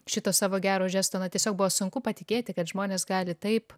šito savo gero žesto na tiesiog buvo sunku patikėti kad žmonės gali taip